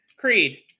Creed